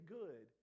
good